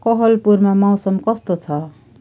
कोहलपुरमा मौसम कस्तो छ